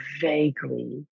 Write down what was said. vaguely